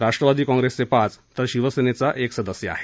राष्ट्रवादी काँग्रेसचे पाच तर शिवसेनेचा एक सदस्य आहे